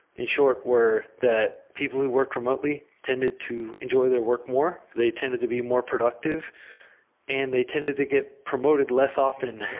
in short, where that people who worked remotely tended to enjoy the work more. they tended to be more productive and they tended to get promoted less often,